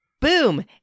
boom